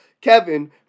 Kevin